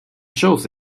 chose